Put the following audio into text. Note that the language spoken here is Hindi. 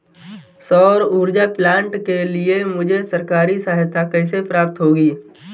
सौर ऊर्जा प्लांट के लिए मुझे सरकारी सहायता कैसे प्राप्त होगी?